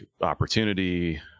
opportunity